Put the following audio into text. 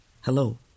hello